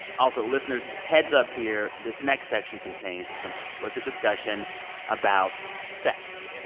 also, listeners, heads-up here, this next section contains some explicit discussion about sex.